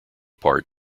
part